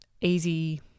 easy